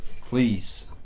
Please